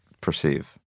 perceive